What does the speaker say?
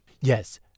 Yes